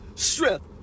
Strength